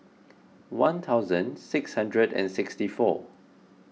one thousand six hundred and sixty four